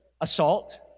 assault